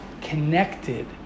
connected